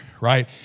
right